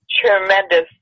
tremendous